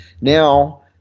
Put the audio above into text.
Now